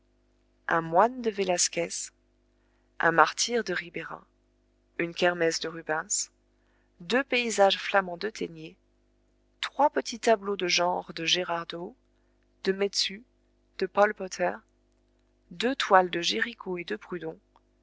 un moine de vélasquez un martyr de ribeira une kermesse de rubens deux paysages flamands de téniers trois petits tableaux de genre de gérard dow de metsu de paul potter deux toiles de géricault et de prudhon